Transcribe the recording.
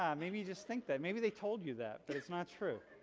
um maybe you just think that, maybe they told you that but it's not true